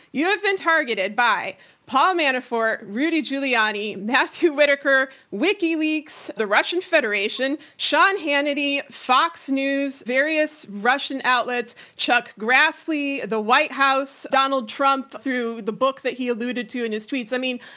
you have been targeted by paul manafort, rudy giuliani, matthew whitaker, wikileaks, the russian federation, sean hannity, fox news, various russian outlets, chuck grassley, the white house, donald trump, through the book that he alluded to in his tweets. i mean,